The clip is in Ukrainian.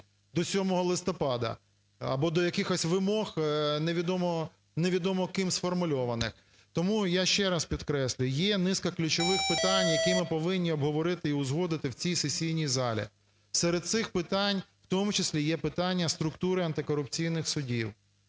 до 7 листопада або до якихось вимог невідомо ким сформульованих. Тому я ще раз підкреслюю, є низка ключових питань, які ми повинні обговорити і узгодити в цій сесійній залі. Серед цих питань, в тому числі і є питання структури антикорупційних судів.